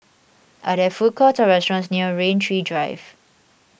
are there food courts or restaurants near Rain Tree Drive